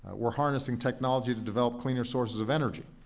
we're harnessing technology to develop cleaner sources of energy,